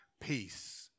peace